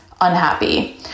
unhappy